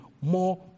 more